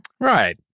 Right